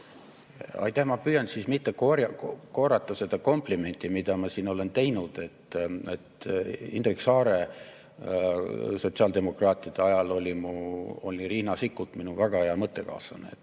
Aitäh! Ma püüan mitte korrata seda komplimenti, mida ma olen teinud, et Indrek Saare [juhitud] sotsiaaldemokraatide ajal oli Riina Sikkut minu väga hea mõttekaaslane,